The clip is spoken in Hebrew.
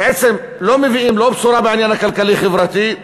לא מביאה בשורה לא בעניין הכלכלי-חברתי,